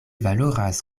valoras